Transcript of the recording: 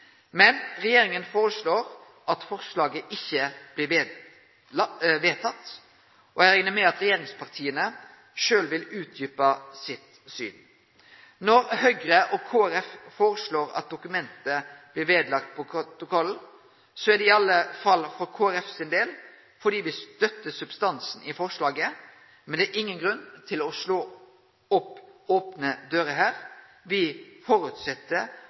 Men regjeringa foreslår at forslaget ikkje blir vedteke, og eg reknar med at regjeringspartia sjølve vil utdjupe sitt syn. Når Høgre og Kristeleg Folkeparti foreslår at dokumentet blir vedlagt protokollen, er det i alle fall for Kristeleg Folkepartis del fordi vi støttar substansen i forslaget, men det er ingen grunn til å slå inn opne dører her. Vi